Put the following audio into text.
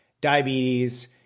diabetes